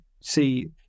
see